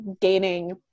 gaining